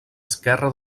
esquerra